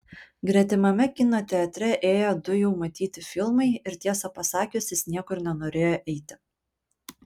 gretimame kino teatre ėjo du jau matyti filmai ir tiesą pasakius jis niekur nenorėjo eiti